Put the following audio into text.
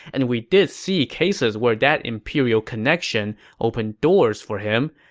and we did see cases where that imperial connection opened doors for him,